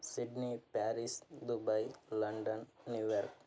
Sydney Paris Dubai London New York